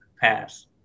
pass